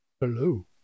hello